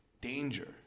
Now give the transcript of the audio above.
danger